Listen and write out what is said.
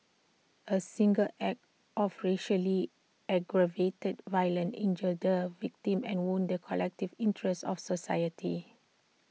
A single act of racially aggravated violence injures the victim and wounds collective interests of society